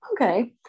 Okay